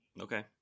okay